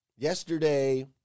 Yesterday